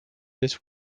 this